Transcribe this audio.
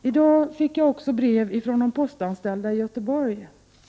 I dag fick jag brev från de postanställda i Göteborg.